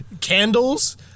candles